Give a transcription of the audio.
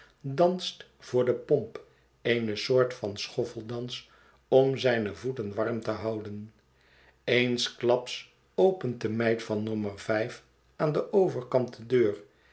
danst voor de pomp eene soort van schorteldans om zijne voeten warm te houden eenskjaps opent de meid van nommer aan den overkant de deur